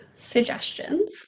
suggestions